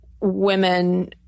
women